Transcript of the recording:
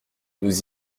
nous